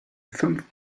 fünf